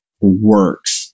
Works